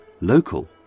local